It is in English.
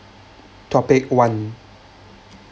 topic one